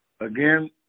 Again